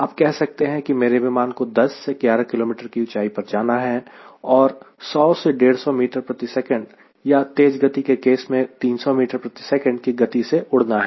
आप कह सकते हैं कि मेरे विमान को 10 से 11 किलोमीटर की ऊंचाई पर जाना है और 100 150 ms या तेज़ गति के केस में 300 ms की गति से उड़ना है